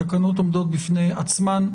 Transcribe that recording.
התקנות עומדות בפני עצמן.